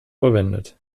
verwendet